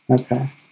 okay